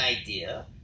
idea